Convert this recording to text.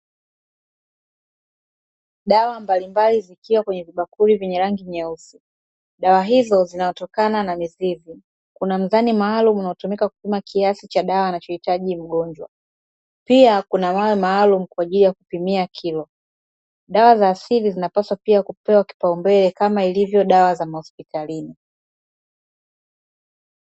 Dawa mbalimbali zikiwa kwenye vibakuli vyenye rangi nyeusi. Dawa hizi zinatokana na mizizi. Kuna mzani maalumu unaotumika kupima kiasi cha dawa anachohitaji mgonjwa, pia kuna mawe maalumu kwa ajili ya kupimia kilo. Dawa za asili zinapaswa pia kupewa kipaumbele kama ilivyo dawa za mahospitalini.